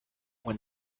when